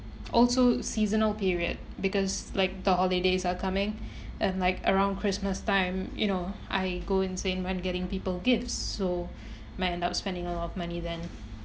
also seasonal period because like the holidays are coming and like around christmas time you know I go insane when getting people gifts so might end up spending a lot of money then